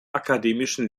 akademischen